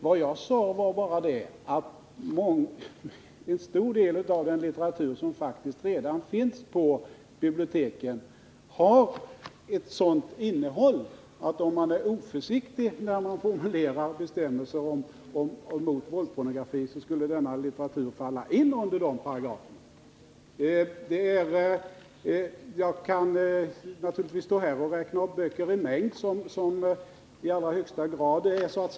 Vad jag sade var bara att ett stort antal böcker i den litteratur som faktiskt redan finns på biblioteken har ett sådant innehåll att de, om man skulle vara oförsiktig när man formulerar bestämmelser om våldspornografi, skulle falla in under dessa. Jag skulle kunna räkna upp mängder av böcker som helt klart gränsar till den kategorin.